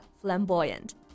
flamboyant